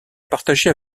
partagé